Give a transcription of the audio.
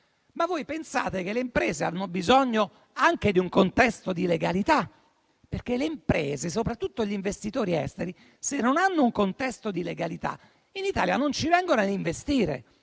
Ma voi pensate al fatto che le imprese hanno bisogno anche di un contesto di legalità? Le imprese, infatti, soprattutto gli investitori esteri, se non hanno un contesto di legalità, in Italia non vengono a investire.